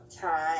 time